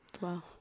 Wow